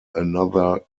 another